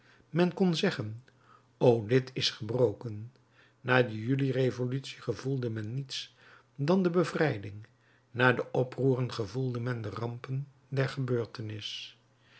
men kon zeggen o dit is gebroken na de juli-revolutie gevoelde men niets dan de bevrijding na de oproeren gevoelde men de rampen der gebeurtenis